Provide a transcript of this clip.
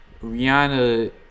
Rihanna